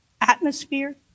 atmosphere